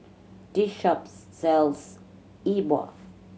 this shop sells E Bua